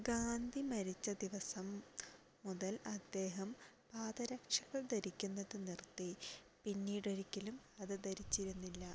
ഗാന്ധി മരിച്ച ദിവസം മുതൽ അദ്ദേഹം പാദരക്ഷകൾ ധരിക്കുന്നത് നിർത്തി പിന്നീടൊരിക്കലും അത് ധരിച്ചിരുന്നില്ല